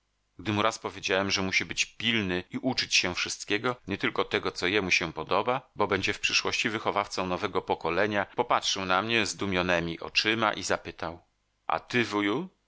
mu raz powiedziałem że musi być pilny i uczyć się wszystkiego nie tylko tego co jemu się podoba bo będzie w przyszłości wychowawcą nowego pokolenia popatrzył na mnie zdumionemi oczyma i zapytał a ty